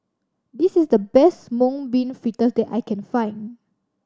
this is the best Mung Bean Fritters that I can find